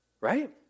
right